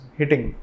hitting